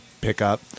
pickup